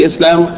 Islam